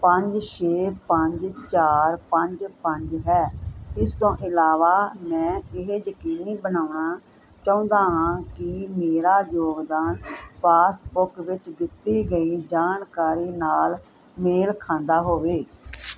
ਪੰਜ ਛੇ ਪੰਜ ਚਾਰ ਪੰਜ ਪੰਜ ਹੈ ਇਸ ਤੋਂ ਇਲਾਵਾ ਮੈਂ ਇਹ ਯਕੀਨੀ ਬਣਾਉਣਾ ਚਾਹੁੰਦਾ ਹਾਂ ਕਿ ਮੇਰਾ ਯੋਗਦਾਨ ਪਾਸਬੁੱਕ ਵਿੱਚ ਦਿੱਤੀ ਗਈ ਜਾਣਕਾਰੀ ਨਾਲ ਮੇਲ ਖਾਂਦਾ ਹੋਵੇ